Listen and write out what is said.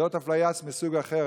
זאת אפליה מסוג אחר.